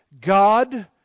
God